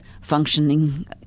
functioning